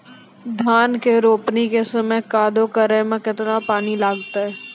धान के रोपणी के समय कदौ करै मे केतना पानी लागतै?